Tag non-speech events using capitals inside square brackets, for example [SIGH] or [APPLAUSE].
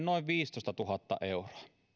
[UNINTELLIGIBLE] noin viisitoistatuhatta euroa